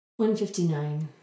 159